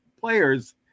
players